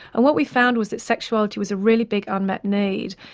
and what we found was that sexuality was really big unmet need.